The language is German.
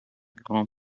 grand